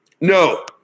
No